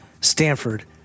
Stanford